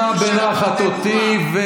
נשמע בנחת אותי, תקרא אולי פירוש של הברטנורא.